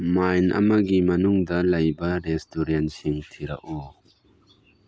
mind ꯑꯃꯒꯤ ꯃꯅꯨꯡꯗ ꯂꯩꯕ ꯔꯦꯁꯇꯨꯔꯦꯟꯁꯤꯡ ꯊꯤꯔꯛꯎ